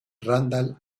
randall